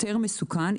יותר מסוכן,